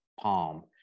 palm